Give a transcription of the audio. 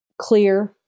clear